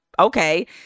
Okay